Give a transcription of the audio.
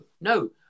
no